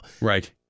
Right